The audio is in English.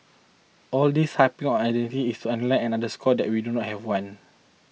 all this harping on identity is underline and underscore that we do not have one